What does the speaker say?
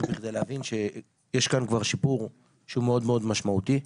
בכדי להבין שיש כאן שיפור משמעותי מאוד.